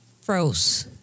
froze